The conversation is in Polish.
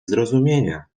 zrozumienia